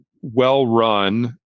well-run